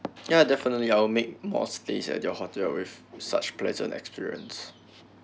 ya definitely I'll make more stays at your hotel with such pleasant experience